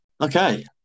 Okay